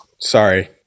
Sorry